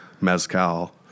Mezcal